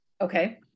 Okay